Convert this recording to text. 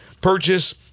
purchase